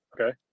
Okay